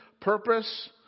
purpose